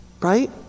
Right